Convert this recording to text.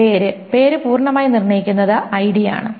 പേര് പേര് പൂർണ്ണമായി നിർണ്ണയിക്കുന്നത് ID ആണ്